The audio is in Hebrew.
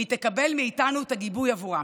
והיא תקבל מאיתנו את הגיבוי עבורן.